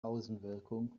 außenwirkung